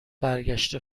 برگشتم